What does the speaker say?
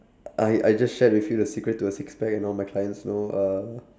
I I just shared with you the secret to a six pack and all my clients know uh